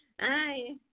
Hi